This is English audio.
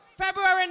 February